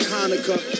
Hanukkah